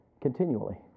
continually